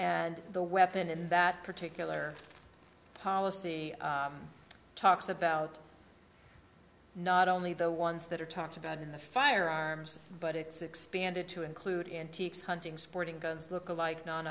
and the weapon in that particular policy talks about not only the ones that are talked about in the firearms but it's expanded to include antiques hunting sporting guns look alike non